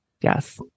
Yes